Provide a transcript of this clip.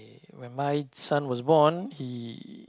when my son was born he